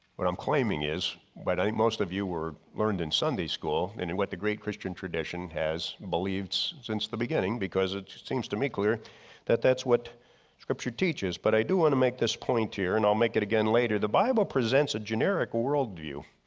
what i'm claiming is but i think most of you were learned in sunday school and in what the great christian tradition has believed since the beginning because it seems to me clear that that's what scripture teaches, but i do want to make this point here. and i'll make it again later. the bible presents a generic worldview.